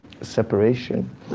separation